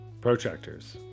Protractors